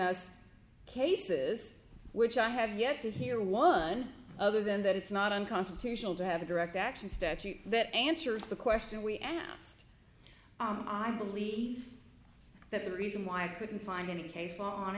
us cases which i have yet to hear one other than that it's not unconstitutional to have a direct action statute that answers the question we asked i believe that the reason why i couldn't find any case